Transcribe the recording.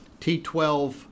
T12